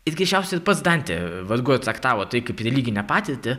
ir keisčiausia ir pats dantė vargu ar traktavo tai kaip religinę patirtį